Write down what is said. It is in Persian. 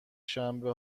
شنبه